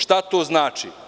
Šta to znači?